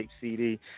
CD